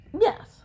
Yes